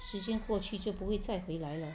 时间过去就不会再回来了